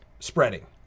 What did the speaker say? spreading